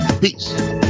Peace